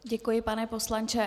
Děkuji, pane poslanče.